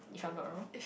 if I'm not wrong